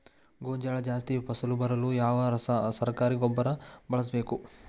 ಗೋಂಜಾಳ ಜಾಸ್ತಿ ಫಸಲು ಬರಲು ಯಾವ ಸರಕಾರಿ ಗೊಬ್ಬರ ಬಳಸಬೇಕು?